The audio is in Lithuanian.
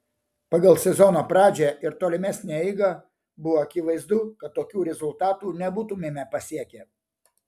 pagal sezono pradžią ir tolimesnę eigą buvo akivaizdu kad tokių rezultatų nebūtumėme pasiekę